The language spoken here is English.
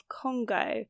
Congo